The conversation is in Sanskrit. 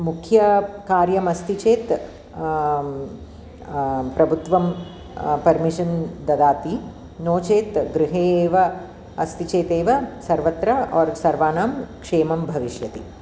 मुख्यकार्यमस्ति चेत् प्रभुत्वं पर्मिशन् ददाति नो चेत् गृहे एव अस्ति चेदेव सर्वत्र ओर सर्वानां क्षेमं भविष्यति